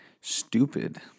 stupid